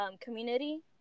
Community